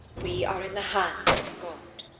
we are in the hands of god!